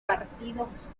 partidos